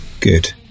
good